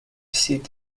seat